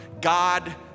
God